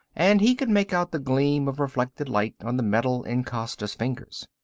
and he could make out the gleam of reflected light on the metal in costa's fingers.